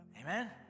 Amen